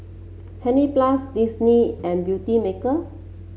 Hansaplast Disney and Beautymaker